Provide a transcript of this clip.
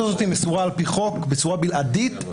בוועדת קלפי מסוימת יותר מפעמיים,